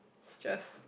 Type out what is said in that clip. is just